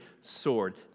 sword